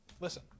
Listen